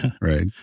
right